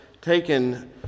taken